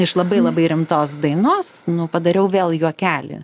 iš labai labai rimtos dainos nu padariau vėl juokelį